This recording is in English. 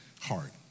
heart